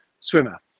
swimmer